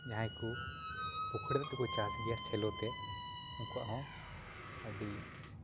ᱡᱟᱦᱟᱸᱭ ᱠᱚ ᱯᱩᱠᱷᱨᱤ ᱫᱟᱜ ᱛᱮᱠᱚ ᱪᱟᱥ ᱜᱮᱭᱟ ᱥᱮᱞᱚ ᱛᱮ ᱩᱱᱠᱩᱭᱟᱜ ᱦᱚᱸ ᱟᱹᱰᱤ